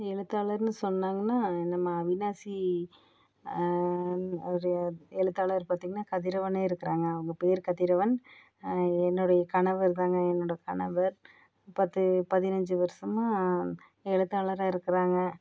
எழுத்தாளர்னு சொன்னாங்கன்னா நம்ம அவினாசி ஒரு எழுத்தாளர் பார்த்தீங்கன்னா கதிரவனே இருக்கிறாங்க அவங்க பேர் கதிரவன் என்னுடைய கணவர் தாங்க என்னுடைய கணவர் பத்து பதினஞ்சு வருஷமா எழுத்தாளராக இருக்கிறாங்க